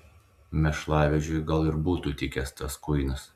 mėšlavežiui gal ir būtų tikęs tas kuinas